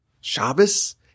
Shabbos